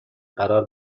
قرار